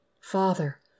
Father